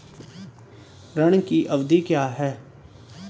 ऋण की अवधि क्या है?